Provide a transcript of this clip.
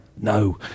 No